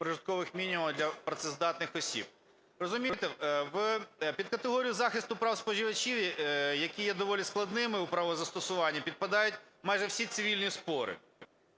прожиткових мінімумів для працездатних осіб. Розумієте, в підкатегорію захисту прав споживачів, які є доволі складними у правозастосуванні, підпадають майже всі цивільні спори.